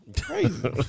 crazy